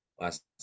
last